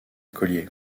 collier